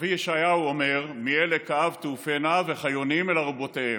הנביא ישעיהו אומר: "מי אלה כעב תעופינה וכיונים אל אֲרֻבֹּתֵיהֶם".